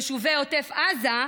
יישובי עוטף עזה,